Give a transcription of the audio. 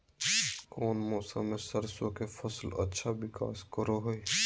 कौन मौसम मैं सरसों के फसल अच्छा विकास करो हय?